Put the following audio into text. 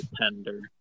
tender